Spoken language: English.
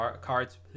cards